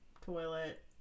toilet